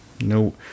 no